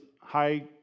high